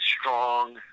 strong